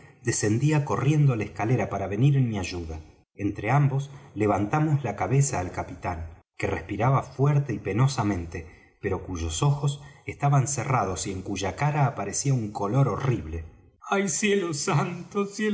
descendía corriendo la escalera para venir en mi ayuda entre ambos levantamos la cabeza al capitán que respiraba fuerte y penosamente pero cuyos ojos estaban cerrados y en cuya cara aparecía un color horrible cielos cielos santos